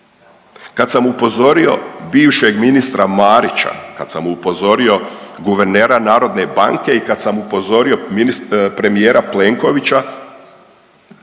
Kad sam upozorio bivšeg ministra Marića, kad sam upozorio guvernera Narodne banke i kad sam upozorio premijera Plenkovića